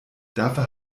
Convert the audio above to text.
dafür